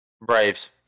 Braves